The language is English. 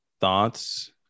thoughts